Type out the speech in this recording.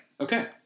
Okay